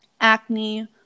acne